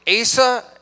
Asa